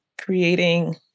creating